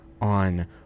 on